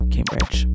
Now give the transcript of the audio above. Cambridge